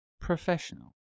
professional